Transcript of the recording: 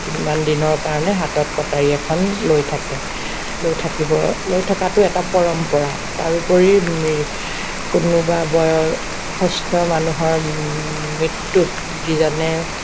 কিমান দিনৰ কাৰণে হাতত কটাৰী এখন লৈ থাকে লৈ থাকিব লৈ থকাটো এটা পৰম্পৰা তাৰোপৰি মৃ কোনোবা বয়সস্থ মানুহৰ মৃত্যুত যিজনে